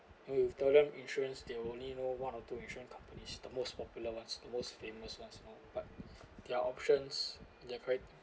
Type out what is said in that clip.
and you told them insurance they only know one or two insurance companies the most popular one the most famous one but their options ya correct